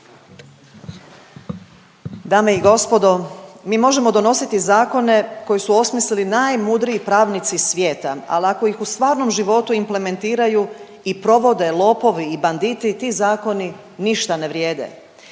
Dame i gospodo. Mi možemo donositi zakone koji su osmislili najmudriji pravnici svijeta, al ako ih u stvarnom životu implementiraju i provode lopovi i banditi ti zakoni ništa ne vrijede.